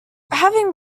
having